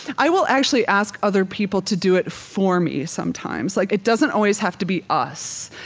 i will actually ask other people to do it for me sometimes, like it doesn't always have to be us.